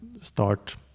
start